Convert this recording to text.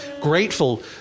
grateful